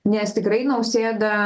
nes tikrai nausėda